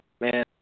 man